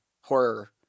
horror